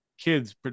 kids